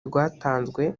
rwatanzwe